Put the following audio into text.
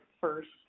first